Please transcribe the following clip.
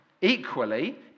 Equally